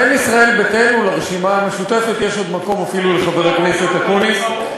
בין ישראל ביתנו לרשימה המשותפת יש עוד מקום אפילו לחבר הכנסת אקוניס.